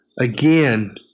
again